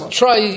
try